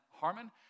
Harmon